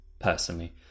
Personally